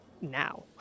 now